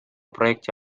projekti